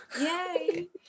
yay